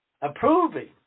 Approving